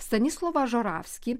stanislovą žoravskį